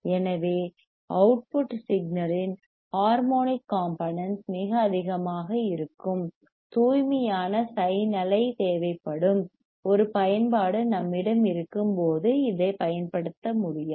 எனவே அவுட்புட் சிக்னல்யின் harmonic components மிக அதிகமாக இருக்கும் தூய்மையான சைன் அலை தேவைப்படும் ஒரு பயன்பாடு நம்மிடம் இருக்கும்போது இதை பயன்படுத்த முடியாது